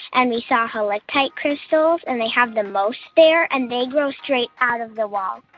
and we saw helictite crystals. and they have the most there. and they grow straight out of the walls.